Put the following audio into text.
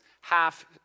half